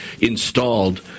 installed